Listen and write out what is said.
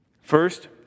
First